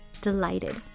delighted